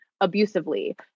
abusively